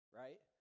right